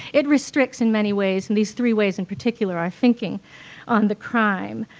it restricts in many ways and these three ways in particular are thinking on the crime.